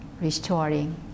restoring